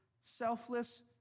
selfless